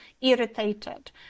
irritated